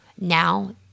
Now